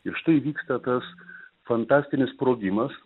ir štai įvyksta tas fantastinis sprogimas